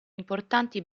importanti